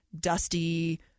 dusty